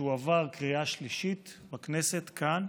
כשהוא עבר בקריאה שלישית בכנסת, כאן.